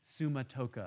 Sumatoka